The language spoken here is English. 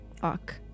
fuck